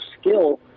skill